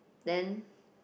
then